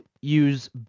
use